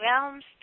realms